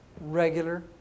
regular